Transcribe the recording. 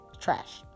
Trash